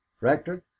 rector